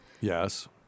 Yes